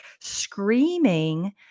screaming